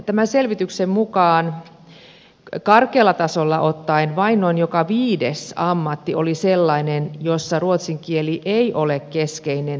tämän selvityksen mukaan karkealla tasolla vain noin joka viides ammatti oli sellainen jossa ruotsin kieli ei ole keskeinen työväline